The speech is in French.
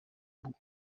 bout